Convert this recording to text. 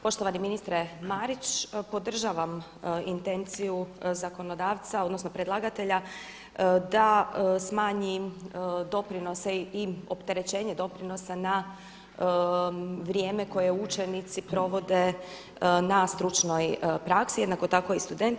Poštovani ministre Marić, podržavam intenciju zakonodavca, odnosno predlagatelja da smanji doprinose i opterećenje doprinosa na vrijeme koje učenici provode na stručnoj praksi, jednako tako i studenti.